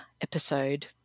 episode